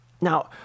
Now